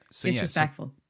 disrespectful